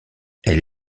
elle